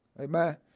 Amen